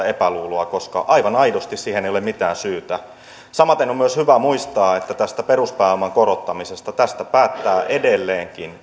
epäluuloa koska aivan aidosti siihen ei ole mitään syytä samaten on myös hyvä muistaa että tästä peruspääoman korottamisesta päättää edelleenkin